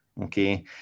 Okay